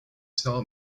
saw